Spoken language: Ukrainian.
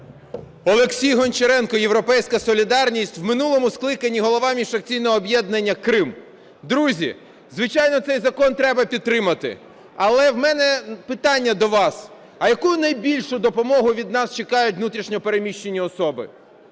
Олексій Гончаренко, "Європейська солідарність", у минулому скликанні голова міжфракційного об'єднання "Крим". Друзі, звичайно, цей законопроект треба підтримати. Але у мене питання до вас: а яку найбільшу допомогу від нас чекають внутрішньо переміщені особи?